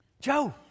Joe